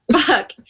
fuck